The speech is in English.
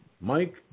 Mike